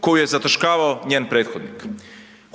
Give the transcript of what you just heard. koju je zataškavao njen prethodnik?